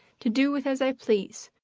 to do with as i please.